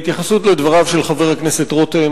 בהתייחסות לדבריו של חבר הכנסת רותם,